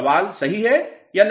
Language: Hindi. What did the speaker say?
सवाल सही है या नहीं